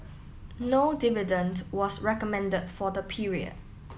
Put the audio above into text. no dividend was recommended for the period